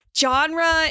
genre